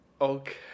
Okay